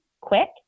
quick